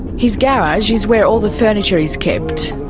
his garage is where all the furniture is kept.